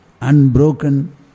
unbroken